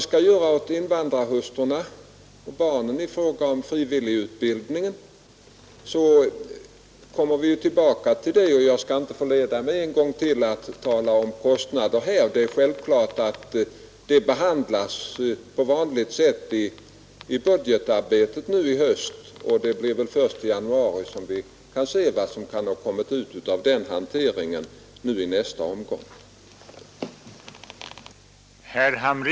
utbildning jag skall inte ännu en gång låta mig förledas att tala om Ivfallet en sak som får behandlas på vanligt sätt i kostnaderna är sj budgetarbetet nu i höst, och resultatet av den hanteringen kan vi inte se förrän i januari.